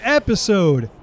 episode